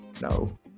No